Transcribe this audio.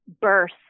birth